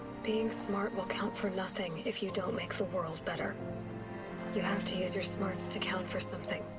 being smart will count for nothing, if you don't make the world better you have to use your smarts to count for something.